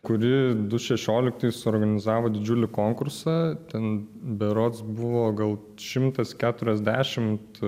kuri du šešioliktais suorganizavo didžiulį konkursą ten berods buvo gal šimtas keturiasdešimt